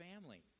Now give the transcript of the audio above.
family